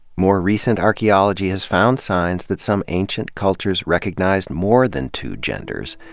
more recent archaeology has found signs that some ancient cultures recognized more than two genders.